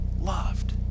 loved